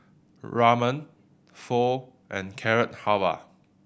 Ramen Pho and Carrot Halwa